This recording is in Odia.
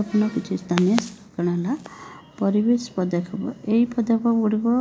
ଗୁରୁତ୍ୱପୂର୍ଣ୍ଣ ହେଲା ପରିବେଶ ପଦକ୍ଷେପ ଏଇ ପଦକ୍ଷେପଗୁଡ଼ିକ